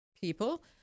people